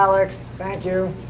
alex, thank you.